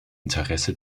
interesse